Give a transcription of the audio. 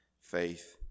faith